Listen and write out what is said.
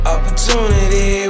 Opportunity